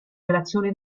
relazione